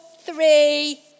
three